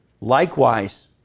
Likewise